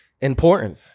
important